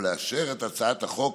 ולאשר את הצעת החוק